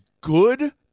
good